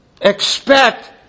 expect